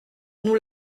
nous